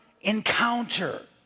encounter